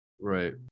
right